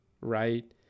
right